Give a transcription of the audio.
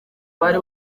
bari